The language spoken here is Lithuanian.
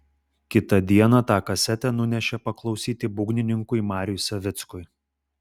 kitą dieną tą kasetę nunešė paklausyti būgnininkui mariui savickui